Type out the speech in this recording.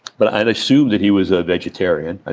but i and assumed that he was a vegetarian. ah